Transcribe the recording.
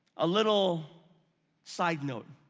a little side note.